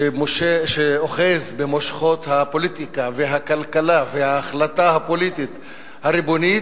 שאוחז במושכות הפוליטיקה והכלכלה וההחלטה הפוליטית הריבונית,